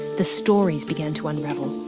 the stories began to unravel.